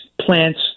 plants